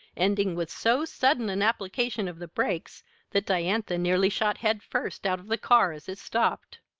ending with so sudden an application of the brakes that diantha nearly shot head first out of the car as it stopped.